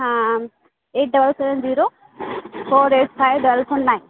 हाँ eight double seven zero four eight five double four nine